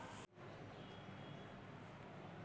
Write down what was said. का कर्जा ले के कोशिश करात किसान मन ला कोई फायदा हे?